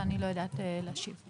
ואני לא יודעת להשיב.